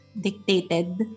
dictated